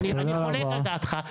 אני חולק על דעתך.